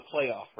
playoff